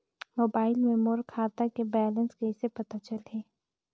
Mobile मे मोर खाता के बैलेंस कइसे पता चलही?